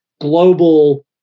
global